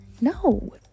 no